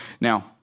Now